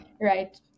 Right